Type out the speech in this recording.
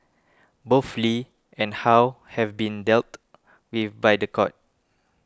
both Lee and How have been dealt with by the court